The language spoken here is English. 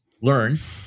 learned